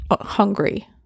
hungry